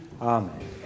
Amen